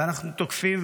ואנחנו תוקפים,